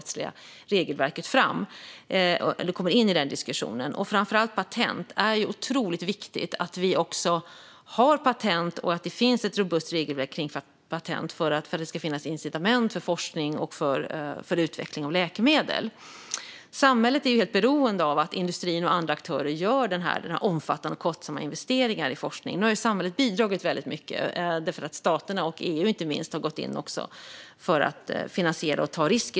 Då kommer det immaterialrättsliga regelverket in i diskussionen. Det gäller framför allt patent. Det är otroligt viktigt att vi har patent och att det finns ett robust regelverk kring det för att det ska finnas incitament för forskning och även för utveckling av läkemedel. Samhället är helt beroende av att industrin och andra aktörer gör dessa omfattande och kostsamma investeringar i forskning. Nu har samhället bidragit väldigt mycket i och med att staterna, och inte minst EU, har gått in för att finansiera och ta en risk.